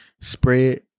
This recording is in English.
spread